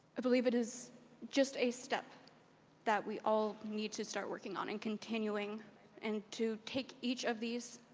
i believe it is just a step that we all need to start working on and continuing and to take each of these.